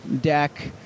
deck